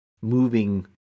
moving